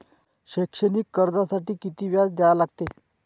शैक्षणिक कर्जासाठी किती व्याज द्या लागते?